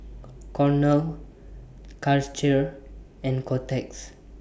Cornell Karcher and Kotex